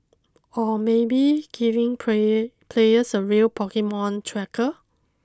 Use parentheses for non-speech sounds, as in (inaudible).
or maybe giving (unintelligible) players a real Pokemon tracker